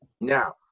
Now